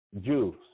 Jews